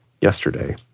yesterday